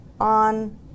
on